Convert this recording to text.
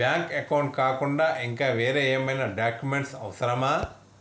Bank account కాకుండా ఇంకా వేరే ఏమైనా డాక్యుమెంట్స్ అవసరమా?